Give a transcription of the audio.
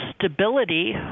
stability